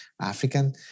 African